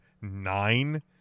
nine